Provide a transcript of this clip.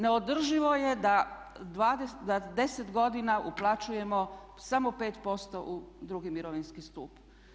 Neodrživo je da 10 godina uplaćujemo samo 5% u II. mirovinski stup.